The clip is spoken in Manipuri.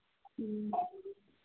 ꯎꯝ